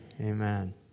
amen